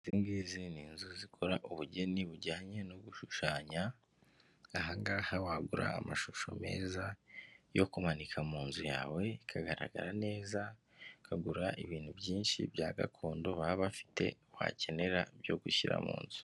Ikingigizi ni inzu zikora ubugeni bujyanye no gushushanya, ahangaha wagura amashusho meza yo kumanika mu nzu yawe ikagaragara neza, ukagura ibintu byinshi bya gakondo baba bafite, wakenera byo gushyira mu nzu.